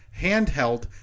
handheld